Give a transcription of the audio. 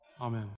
Amen